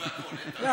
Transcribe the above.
לא